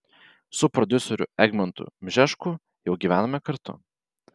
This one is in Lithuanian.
su prodiuseriu egmontu bžesku jau gyvename kartu